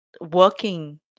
working